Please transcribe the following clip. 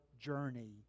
journey